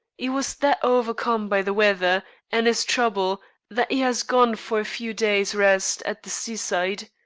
e was that hovercome by the weather an his trouble that e has gone for a few days rest at the seaside.